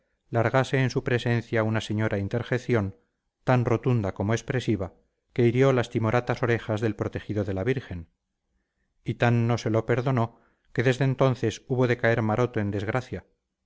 largase en su presencia una señora interjección tan rotunda como expresiva que hirió las timoratas orejas del protegido de la virgen y tan no se lo perdonó que desde entonces hubo de caer maroto en desgracia